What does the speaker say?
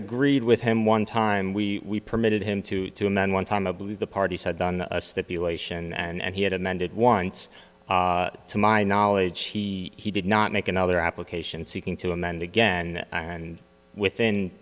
agreed with him one time we permitted him to two and then one time i believe the parties had done a stipulation and he had amended warrants to my knowledge he he did not make another application seeking to amend again and within